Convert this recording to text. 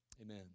Amen